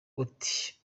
ati